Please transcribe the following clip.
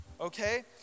okay